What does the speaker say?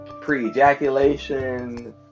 pre-ejaculation